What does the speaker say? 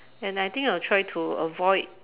and I think I'll try to avoid